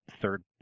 third